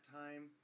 time